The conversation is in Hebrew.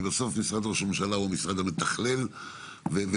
משרד ראש הממשלה הוא המשרד המתכלל,